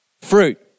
fruit